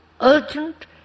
urgent